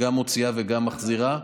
שגם מוציאה וגם מחזירה.